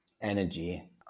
Energy